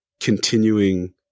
continuing